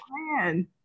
man